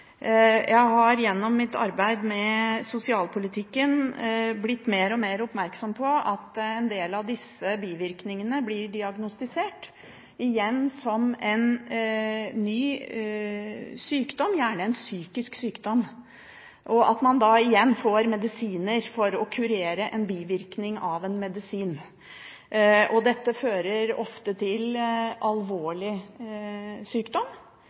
Jeg har gjennom mitt arbeid med sosialpolitikken blitt mer og mer oppmerksom på at en del av disse bivirkningene blir diagnostisert igjen som en ny sykdom, gjerne en psykisk sykdom, og at man da igjen får medisiner for å kurere en bivirkning av en medisin. Dette fører ofte til alvorlig sykdom